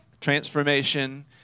transformation